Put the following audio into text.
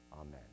Amen